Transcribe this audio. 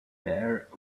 there